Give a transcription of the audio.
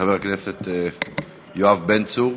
חבר הכנסת יואב בן צור,